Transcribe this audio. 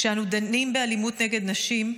כשאנו דנים באלימות נגד נשים,